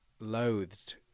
loathed